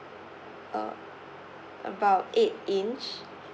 uh about eight inch